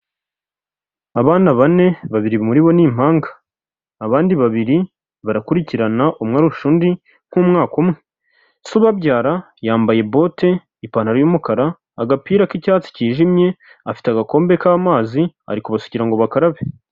Abana bane, babiri muri bo ni impanga, abandi babiri barakurikirana, umwe arusha undi nk'umwaka umwe. Se ubabyara yambaye bote, ipantaro y'umukara, agapira k'icyatsi cyijimye, afite agakombe k'amazi, ari kubasukira ngo bakarabe.